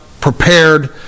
prepared